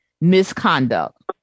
misconduct